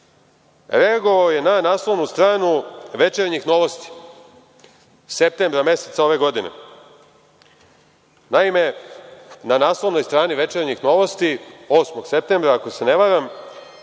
reagovao je na naslovnu stranu „Večernjih novosti“, septembra meseca ove godine. Naime, na naslovnoj strani „Večernjih novosti“, 8. septembra, ako se ne varam,